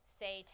say